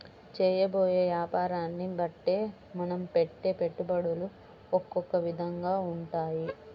చేయబోయే యాపారాన్ని బట్టే మనం పెట్టే పెట్టుబడులు ఒకొక్క విధంగా ఉంటాయి